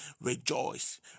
rejoice